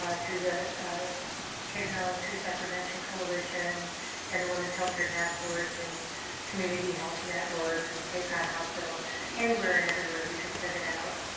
through the cape and islands suicide prevention coalition and the women's healthcare task force and community health network and the cape cod hospital anywhere and everywhere we could send it out.